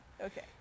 Okay